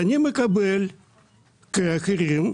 אני מקבל, כאחרים,